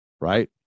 right